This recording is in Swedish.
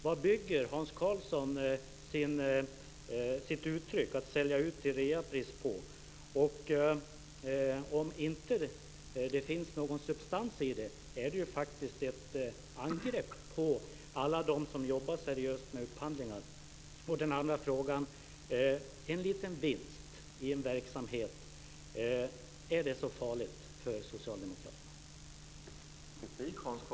Vad bygger Hans Karlsson sitt uttryck "sälja ut till reapris" på? Om det inte finns någon substans i det är det faktiskt ett angrepp på alla dem som jobbar seriöst med upphandlingar. Den andra frågan är: Är en liten vinst i en verksamhet så farlig för socialdemokraterna?